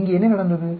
இங்கே என்ன நடந்தது